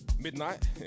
midnight